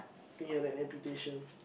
think he had an amputation